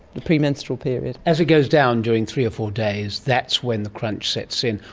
the premenstrual period. as it goes down during three or four days, that's when the crunch sets in.